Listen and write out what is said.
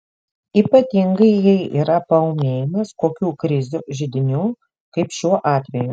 ypatingai jei yra paūmėjimas kokių krizių židinių kaip šiuo atveju